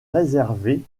réservé